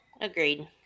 Agreed